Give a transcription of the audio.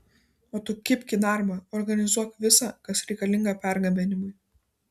o tu kibk į darbą organizuok visa kas reikalinga pergabenimui